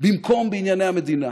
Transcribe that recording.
במקום בענייני המדינה.